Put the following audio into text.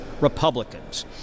Republicans